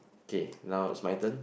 okay now is my turn